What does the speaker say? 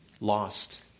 lost